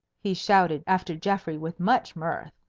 he shouted after geoffrey with much mirth.